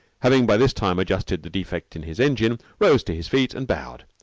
having by this time adjusted the defect in his engine, rose to his feet, and bowed.